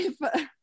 life